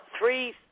three